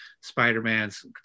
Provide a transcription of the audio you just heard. spider-man's